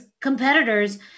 competitors